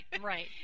right